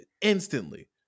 instantly